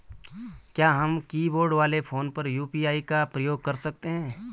क्या हम कीबोर्ड वाले फोन पर यु.पी.आई का प्रयोग कर सकते हैं?